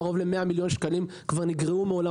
קרוב ל-100 מיליון שקלים כבר נגרעו מעולם